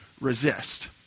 resist